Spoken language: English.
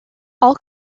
all